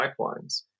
pipelines